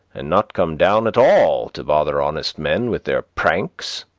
and not come down at all to bother honest men with their pranks.